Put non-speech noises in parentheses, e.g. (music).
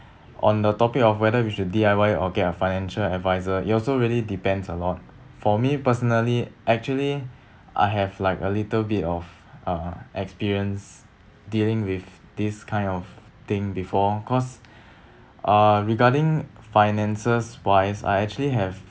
on the topic of whether we should D_I_Y or get a financial adviser it also really depends a lot for me personally actually (breath) I have like a little bit of uh experience dealing with this kind of thing before cause (breath) uh regarding finances wise I actually have